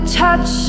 touch